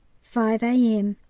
five a m.